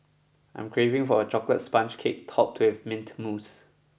I am craving for a chocolate sponge cake topped with mint mousse